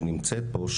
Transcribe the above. שנמצאת פה,